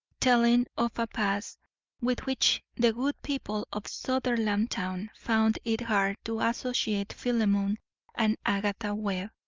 telling of a past with which the good people of sutherlandtown found it hard to associate philemon and agatha webb.